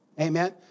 Amen